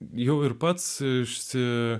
jau ir pats išsi